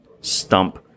stump